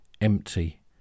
empty